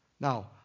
Now